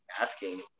asking